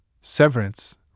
Severance